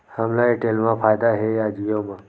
हमला एयरटेल मा फ़ायदा हे या जिओ मा?